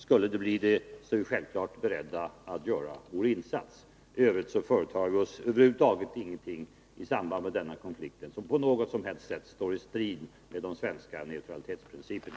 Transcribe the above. Skulle det bli det är vi självfallet beredda att göra vår insats. I övrigt företar vi oss över huvud taget ingenting i samband med denna konflikt som på något som helst sätt står i strid med de svenska neutralitetsprinciperna.